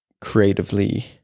creatively